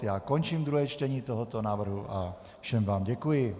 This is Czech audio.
Já končím druhé čtení tohoto návrhu a všem vám děkuji.